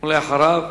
ואחריו,